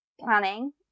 planning